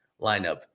lineup